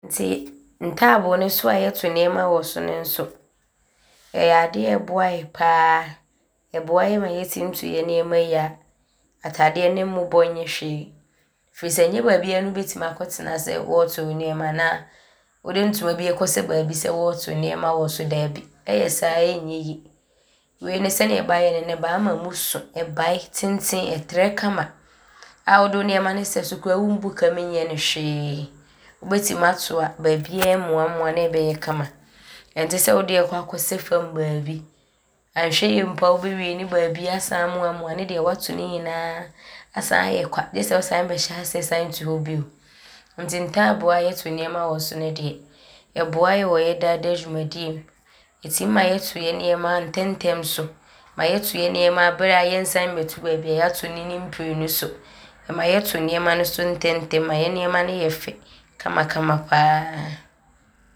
Nti ntaabo ne so a yɛto nnoɔma wɔ so ne nso, ɔyɛ adeɛ a ɔboa yɛ pa ara. Ɔboa yɛ ma yɛtim to yɛ nnoɔma yie a ataadeɛ no mmobɔ nyɛ hwee firi sɛ nyɛ baabiaa ne wobɛtim akɔtena sɛ wɔɔto wo nnoɔma anaa wode ntoma ɔɔkɔsɛ baabi sɛ wɔɔto nnoɔma wɔ so, daabi, ɔyɛ saa ɔnyɛ yie. Wei no sɛdeɛ bɛayɛ no no, bɛaama mu so, ɔbae, tentene, ɔtrɛ kama a wode wo nnoɔma sɛ so koraa a, wommukam nyɛ ne hwee. Wobɛtim ato a baabiaa ɔmmoamoa ne ɔbɛyɛ kama. Ɔnte sɛ wode ɔɔkɔ akɔsɛ fam baabi anhwɛ yie mpo a wobɛwie ne baabi asane amoamoa ne deɛ woato ne nyinaa asane ayɛ kwa gye sɛ wosane bɛhyɛ aseɛ sane to hɔ bio nti ntaabo a yɛto nnoɔma wɔ so ne deɛ, ɔboa yɛ wɔ yɛ daadaa dwumadie mu. Ɔtim ma yɛto yɛ nnoɔma ntɛmntɛm so. Ɔma yɛto yɛ nnoɔma berɛ a yɛnsane mmɛto baabi a yɛato no ne mprenu so. Ɔma yɛto nnoɔma ne so ntɛmntɛm ma yɛ nnoɔma no yɛ fɛ kamakama pa ara.